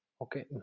okay